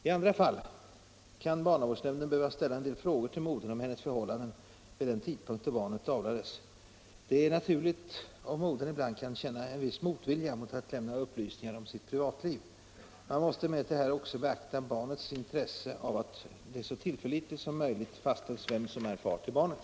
I andra fall kan barnavårdsnämnden behöva ställa en del frågor till modern om hennes förhållanden vid den tidpunkt då barnet avlades. Det är naturligt om modern ibland kan känna en viss motvilja mot att lämna upplysningar om sitt 131 privatliv. Man måste emellertid här också beakta barnets intresse av att det så tillförlitligt som möjligt fastställs vem som är far till barnet.